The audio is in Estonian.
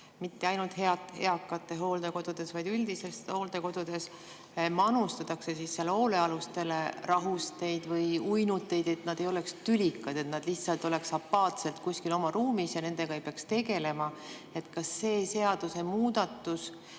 mitte ainult eakate hooldekodudes, vaid üldiselt hooldekodudes – manustatakse hoolealustele rahusteid või uinuteid, et nad ei oleks tülikad, et nad lihtsalt oleksid apaatsed kuskil oma ruumis ja nendega ei peaks tegelema. Kas see seadusemuudatus